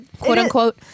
quote-unquote